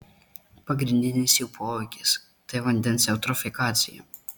pagrindinis jų poveikis tai vandens eutrofikacija